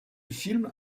film